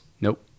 Nope